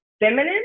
feminine